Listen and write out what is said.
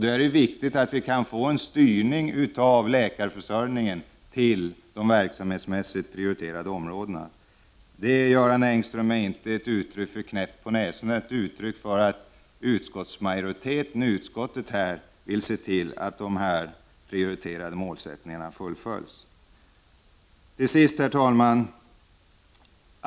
Då är det viktigt att vi kan få en styrning av läkarförsörjningen till de verksamhetsmässigt prioriterade områdena. Det, Göran Engström, är inte ett uttryck för knäpp på näsan. Det är ett uttryck för att utskottsmajoriteten vill se till att de prioriterade målen uppfylls. Herr talman!